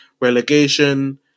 Relegation